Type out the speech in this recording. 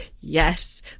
Yes